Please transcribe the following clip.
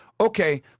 okay